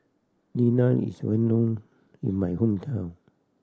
is well known in my hometown